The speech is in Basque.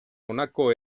honako